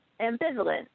ambivalent